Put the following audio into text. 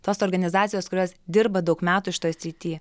tos organizacijos kurios dirba daug metų šitoje srity